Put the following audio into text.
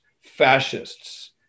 fascists